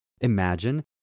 imagine